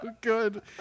good